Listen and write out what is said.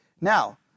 Now